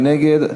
מי נגד?